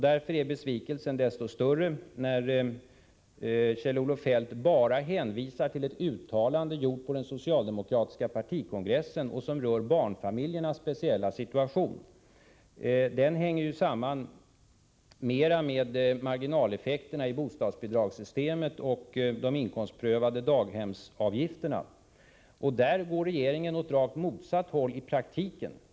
Därför är besvikelsen desto större när Kjell-Olof Feldt bara hänvisar till ett uttalande gjort på den socialdemokratiska partikongressen rörande barnfamiljernas speciella situation. Den hänger ju samman mera med marginaleffekterna i bostadsbidragssystemet och de inkomstprövade daghemsavgifterna, och där går regeringen åt rakt motsatt håll i praktiken.